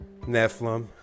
Nephilim